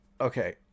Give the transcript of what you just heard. okay